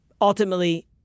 ultimately